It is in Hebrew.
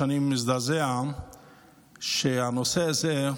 שאני מזדעזע שהנושא הזה,